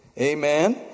Amen